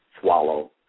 swallow